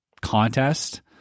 contest